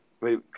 Wait